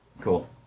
Cool